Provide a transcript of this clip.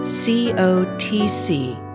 C-O-T-C